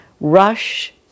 rush